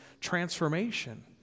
transformation